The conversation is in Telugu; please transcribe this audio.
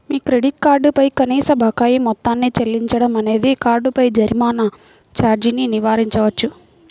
మీ క్రెడిట్ కార్డ్ పై కనీస బకాయి మొత్తాన్ని చెల్లించడం అనేది కార్డుపై జరిమానా ఛార్జీని నివారించవచ్చు